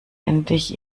endlich